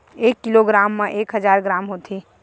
एक किलोग्राम मा एक हजार ग्राम होथे